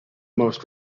most